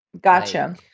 Gotcha